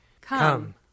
Come